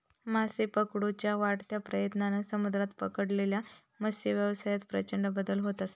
मासे पकडुच्या वाढत्या प्रयत्नांन समुद्रात पकडलेल्या मत्सव्यवसायात प्रचंड बदल होत असा